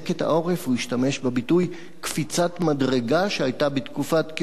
הוא השתמש בביטוי: קפיצת מדרגה שהיתה בתקופת כהונתו,